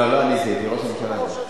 לא, לא אני זיהיתי, ראש הממשלה זיהה.